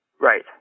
Right